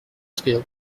scale